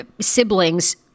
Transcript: siblings